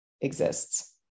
exists